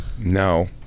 No